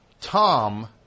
Tom